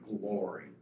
glory